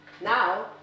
Now